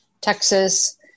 Texas